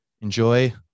enjoy